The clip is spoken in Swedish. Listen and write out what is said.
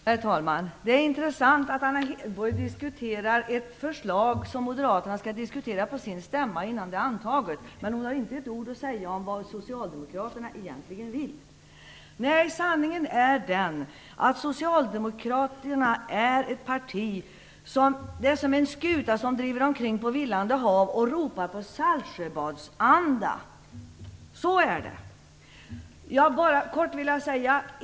Herr talman! Det är intressant att Anna Hedborg kommenterar ett förslag som moderaterna skall diskutera på sin stämma och som ännu inte är antaget. Men hon har inte ett ord att säga om vad socialdemokraterna verkligen vill. Nej, sanningen är den att socialdemokraterna är ett parti som liknar en skuta som driver omkring på villande hav och ropar efter Saltsjöbadsanda. Så är det.